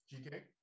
GK